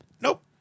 Nope